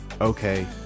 okay